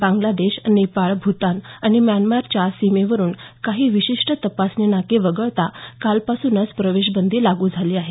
बांगलादेश नेपाळ भूतान आणि म्यानमारच्या सीमेवरुन काही विशिष्ट तपासणी नाके वगळता कालपासूनच प्रवेशबंदी लागू झाली आहे